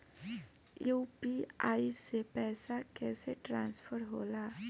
UPI से पैसा कैसे ट्रांसफर होला?